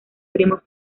primo